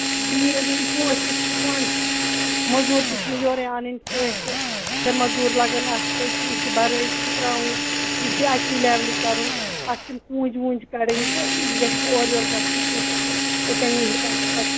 بیٚیہِ وۅنۍ پوش تہِ چھِ پانہٕ موٚزوٗر تہِ چھِ مےٚ یورَے اَنٕنۍ سۭتۍ تہٕ ترٛےٚ موٚزوٗر لَگان اَتھ کیٛازِ کہِ یہِ چھِ بَرٲے چھٔکراوٕنۍ یہِ چھِ اَکے لیوٚلہِ کَرُن اَتھ چھِ یِم کوٗنٛجۍ ووٗنٛج کَڈٕنۍ تہٕ یہِ گَژھِ نہٕ اورٕ یورٕ گَژھُن کیٚنٛہہ تہٕ تَمی حِسابہٕ چھُ پَتہٕ